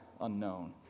unknown